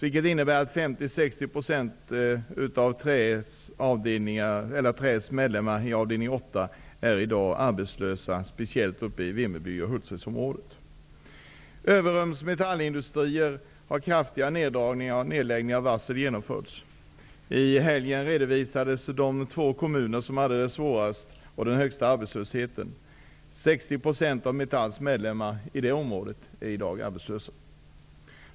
Det innebär att 50-- 60 % av Träindustriarbetarförbundets medlemmar i avdelning 8 är i dag arbetslösa. Det gäller speciellt i Vimmerby och Hultsfredområdet. Vid Överums Metallindustrier har omfattande nedläggningar och varsel genomförts. I helgen lades en redovisning fram om de två kommuner som har det svårast och den högsta arbetslösheten. 60 % av Metalls medlemmar i det området är i dag arbetslösa.